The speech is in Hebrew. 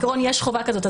בעיקרון יש חובה כזאת,